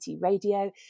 radio